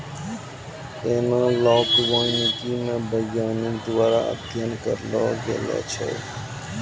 एनालाँक वानिकी मे वैज्ञानिक द्वारा अध्ययन करलो गेलो छै